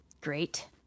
great